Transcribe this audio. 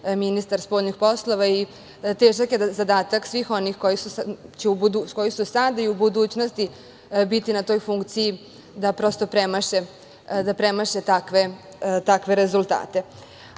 ministar spoljnih poslova i težak je zadatak svih onih koji su sada i koji će u budućnosti biti na toj funkciji da premaše takve rezultate. Generalno,